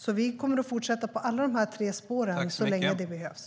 Vi kommer därför att fortsätta på alla dessa tre spår så länge det behövs.